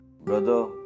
brother